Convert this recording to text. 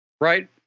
Right